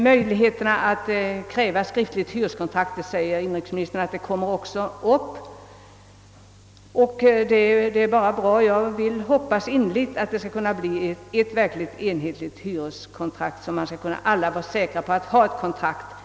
Möjligheten att kräva skriftligt hyreskontrakt skall också tas upp till behandling, sade inrikesministern. Det är bara bra. Jag hoppas innerligt att man då kan åstadkomma ett enhetligt hyreskontrakt så att alla kan vara säkra på att över huvud taget få ett kontrakt.